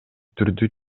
түрдүү